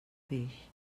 peix